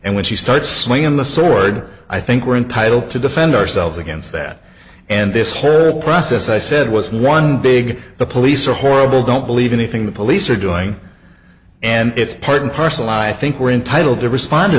and when she starts swinging the sword i think we're entitled to defend ourselves against that and this whole process i said was one big the police are horrible don't believe anything the police are doing and it's part and parcel i think we're entitled to respond to